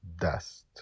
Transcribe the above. Dust